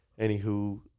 Anywho